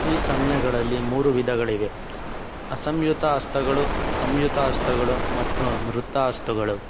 ಈ ಸಂಜ್ಞೆಗಳಲ್ಲಿ ಮೂರು ವಿಧಗಳಿವೆ ಅಸಂಯುಕ್ತ ಹಸ್ತಗಳು ಸಂಯುಕ್ತ ಹಸ್ತಗಳು ಮತ್ತು ನ್ರುತ್ತ ಹಸ್ತಗಳು